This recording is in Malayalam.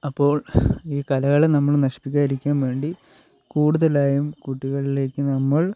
അപ്പോൾ ഈ കലകളെ നമ്മൾ നശിപ്പിക്കാതിരിക്കുവാൻ വേണ്ടി കൂടുതലായും കുട്ടികളിലേക്ക് നമ്മൾ